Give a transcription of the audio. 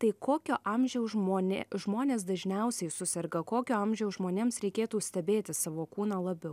tai kokio amžiaus žmonė žmonės dažniausiai suserga kokio amžiaus žmonėms reikėtų stebėti savo kūną labiau